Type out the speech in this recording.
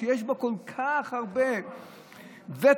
שיש בו כל כך הרבה ותק,